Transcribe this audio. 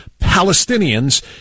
Palestinians